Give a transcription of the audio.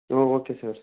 okay sir